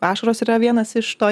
ašaros yra vienas iš to